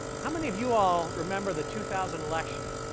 how many of you all remember the two thousand election?